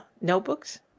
notebooks